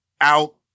Out